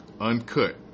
uncut